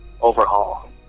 overhaul